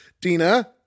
Dina